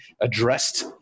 addressed